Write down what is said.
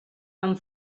amb